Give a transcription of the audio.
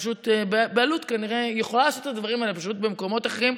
פשוט היא יכולה לעשות את הדברים האלה במקומות אחרים,